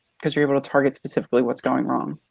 because you're able to target specifically what's going wrong.